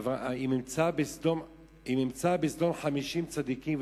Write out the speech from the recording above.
"אם אמצא בסדם חמשים צדיקם,